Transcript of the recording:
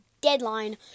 deadline